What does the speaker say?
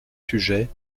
sujets